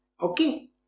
okay